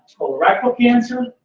colorectal cancer,